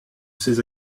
ses